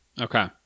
Okay